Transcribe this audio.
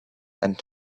and